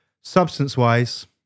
substance-wise